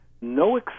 no